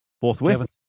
Forthwith